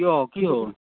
কিয় কি হ'ল